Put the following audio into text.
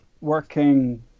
working